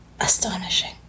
astonishing